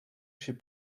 she